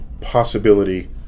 possibility